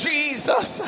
Jesus